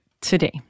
today